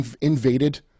invaded